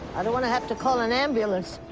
i don't want to have to call an ambulance.